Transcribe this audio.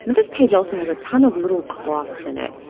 this page also has a ton of little cloths in it,